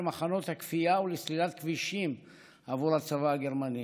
למחנות הכפייה ולסלילת כבישים עבור הצבא הגרמני.